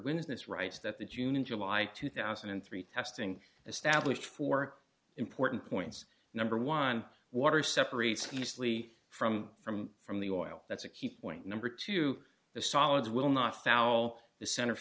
witness writes that the june in july two thousand and three testing established four important points number one water separates the sli from from from the oil that's a key point number two the solids will not foul the center